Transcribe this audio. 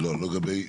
לגבי?